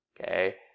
Okay